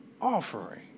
offering